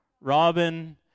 Robin